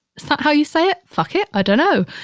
so how you say, fuck it, i don't know,